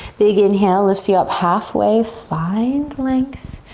big inhale lifts you up half way, find length.